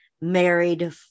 married